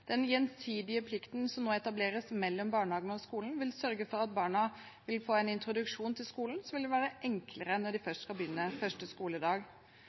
Den gjensidige plikten som nå etableres mellom barnehagene og skolen, vil sørge for at barna vil få en introduksjon til skolen som vil gjøre det enklere når de skal begynne første skoledag.